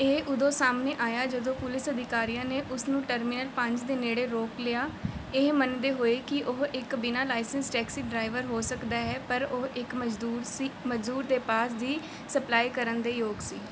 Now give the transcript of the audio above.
ਇਹ ਉਦੋਂ ਸਾਹਮਣੇ ਆਇਆ ਜਦੋਂ ਪੁਲਿਸ ਅਧਿਕਾਰੀਆਂ ਨੇ ਉਸ ਨੂੰ ਟਰਮੀਨਲ ਪੰਜ ਦੇ ਨੇੜੇ ਰੋਕ ਲਿਆ ਇਹ ਮੰਨਦੇ ਹੋਏ ਕਿ ਉਹ ਇੱਕ ਬਿਨਾ ਲਾਇਸੈਂਸ ਟੈਕਸੀ ਡਰਾਈਵਰ ਹੋ ਸਕਦਾ ਹੈ ਪਰ ਉਹ ਇੱਕ ਮਜ਼ਦੂਰ ਸੀ ਮਜ਼ਦੂਰ ਦੇ ਪਾਸ ਦੀ ਸਪਲਾਈ ਕਰਨ ਦੇ ਯੋਗ ਸੀ